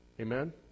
Amen